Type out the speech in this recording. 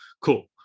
Cool